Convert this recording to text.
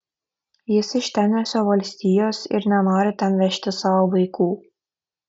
jis iš tenesio valstijos ir nenori ten vežti savo vaikų